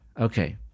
Okay